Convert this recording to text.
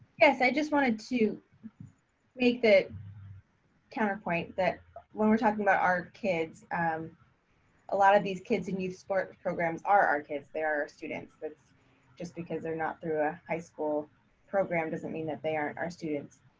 yes. i just wanted to make the counterpoint that when we're talking about our kids, um a lot of these kids and youth sports programs are our kids. they're our students, that's just because they're not through our high school program doesn't mean that they aren't our students.